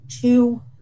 two